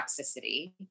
toxicity